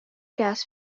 gas